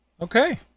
Okay